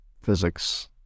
physics